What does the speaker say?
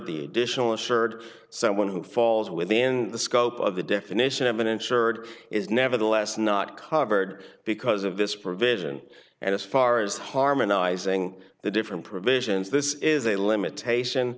the additional assured someone who falls within the scope of the definition of an insured is nevertheless not covered because of this provision and as far as harmonizing the different provisions this is a limitation